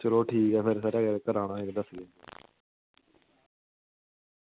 चलो ठीक होया खरा पराना जेह्का